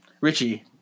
richie